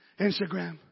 Instagram